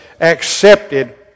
accepted